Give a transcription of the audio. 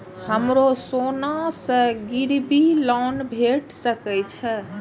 हमरो सोना से गिरबी लोन भेट सके छे?